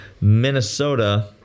Minnesota